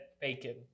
bacon